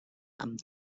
amb